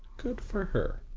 good for her.